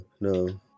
no